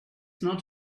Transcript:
not